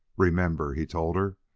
remember, he told her,